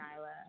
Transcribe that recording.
Nyla